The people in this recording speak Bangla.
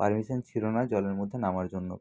পারমিশান ছিলো না জলে মধ্যে নামার জন্য